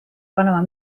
panema